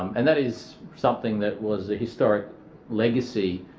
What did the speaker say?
um and that is something that was the historic legacy